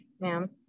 ma'am